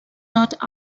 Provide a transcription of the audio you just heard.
not